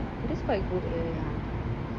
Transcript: oh that's quite good leh